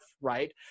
right